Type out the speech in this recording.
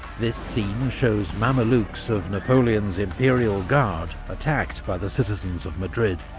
this scene shows mamelukes of napoleon's imperial guard attacked by the citizens of madrid.